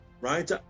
right